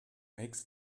makes